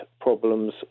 problems